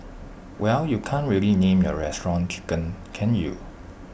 well you can't really name your restaurant 'Chicken' can you